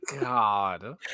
god